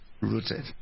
rooted